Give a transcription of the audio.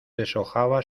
deshojaba